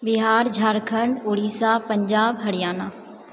Bihar Jharkhand Orissa Punjab Haryana